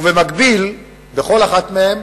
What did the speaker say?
ובמקביל בכל אחד מהם